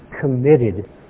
committed